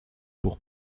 pour